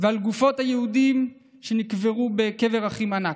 ועל גופות היהודים שנקברו בקבר אחים ענק.